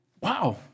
Wow